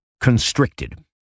constricted